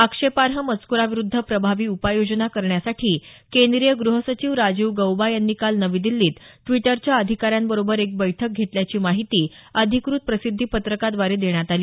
आक्षेपार्ह मजक्राविरुध्द प्रभावी उपाययोजना करण्यासाठी केंद्रीय गृहसचिव राजीव गौबा यांनी काल नवी दिल्लीत ड्विटरच्या अधिकाऱ्यांबरोबर एक बैठक घेतल्याची माहिती अधिकृत प्रसिध्दीपत्रकाद्वारे देण्यात आली